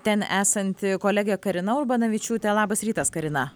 ten esanti kolegė karina urbanavičiūtė labas rytas karina